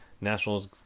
Nationals